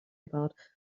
about